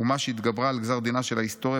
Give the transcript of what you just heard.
אומה שהתגברה על גזר דינה של ההיסטוריה